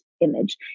image